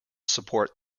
support